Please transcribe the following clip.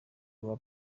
rwa